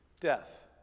death